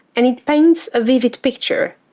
and it paints a vivid picture,